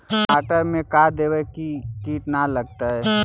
टमाटर में का देबै कि किट न लगतै?